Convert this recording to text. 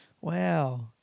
Wow